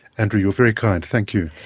andrew, you're very kind. thank you.